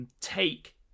take